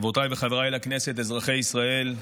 חברותיי וחבריי לכנסת, אזרחי ישראל,